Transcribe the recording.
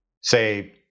Say